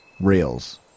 rails